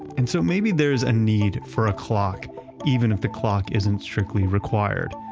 and so maybe there's a need for a clock even if the clock isn't strictly required.